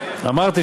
אמרתי,